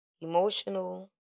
emotional